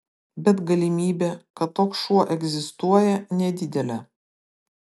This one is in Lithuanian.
bet galimybė kad toks šuo egzistuoja nedidelė